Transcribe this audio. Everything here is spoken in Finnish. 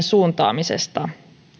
suuntaamisesta